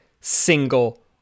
single